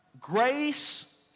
Grace